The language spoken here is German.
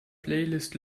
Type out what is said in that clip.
playlist